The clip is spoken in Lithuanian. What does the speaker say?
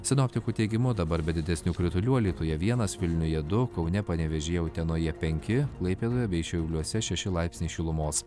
sinoptikų teigimu dabar be didesnių kritulių alytuje vienas vilniuje du kaune panevėžyje utenoje penki klaipėdoje bei šiauliuose šeši laipsniai šilumos